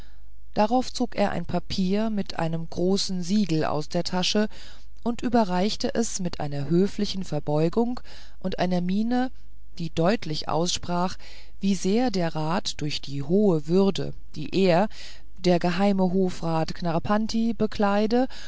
darauf zog er ein papier mit einem großen siegel aus der tasche und überreichte es mit einer höflichen verbeugung und einer miene die deutlich aussprach wie sehr der rat durch die hohe würde die er der geheime hofrat knarrpanti bekleide